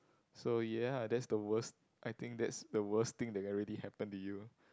so ya that's the worst I think that's the worst thing that already happen to you